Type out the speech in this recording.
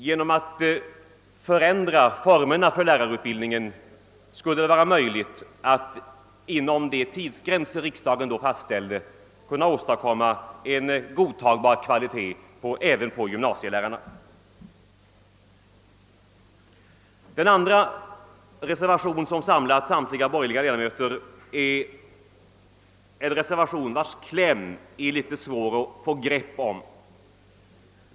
Genom att förändra formerna för lärarutbildningen skulle det vara möjligt att inom de tidsgränser som riksdagen då fastställde åstadkomma en godtagbar kvalitet även på gymnasielärarna. Den andra reservation, som samlat samtliga borgerliga ledamöter, har en kläm som det är litet svårt att få grepp om.